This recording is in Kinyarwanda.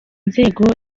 inzego